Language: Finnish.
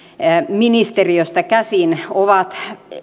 ministeriöstä käsin ovat